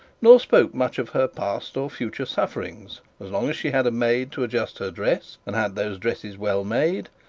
nor spoke much of her past or future sufferings as long as she had a maid to adjust her dress, and had those dresses well made,